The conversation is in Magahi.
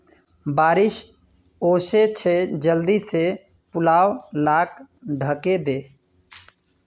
बारिश ओशो छे जल्दी से पुवाल लाक ढके दे